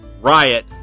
Riot